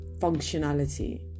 functionality